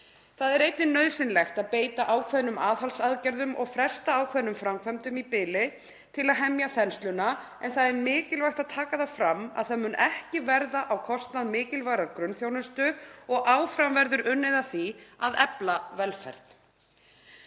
Það er einnig nauðsynlegt að beita ákveðnum aðhaldsaðgerðum og fresta ákveðnum framkvæmdum í bili til að hemja þensluna en það er mikilvægt að taka það fram að það mun ekki verða á kostnað mikilvægrar grunnþjónustu og áfram verður unnið að því að efla velferð.